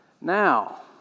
Now